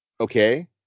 okay